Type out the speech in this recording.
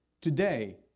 today